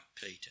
Peter